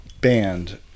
band